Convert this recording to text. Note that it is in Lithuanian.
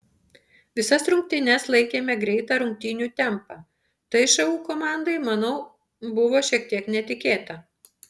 visas rungtynes laikėme greitą rungtynių tempą tai šu komandai manau buvo šiek tiek netikėta